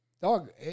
Dog